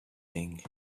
thing